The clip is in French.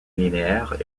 linéaires